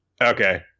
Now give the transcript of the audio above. okay